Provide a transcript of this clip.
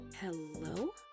Hello